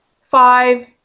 five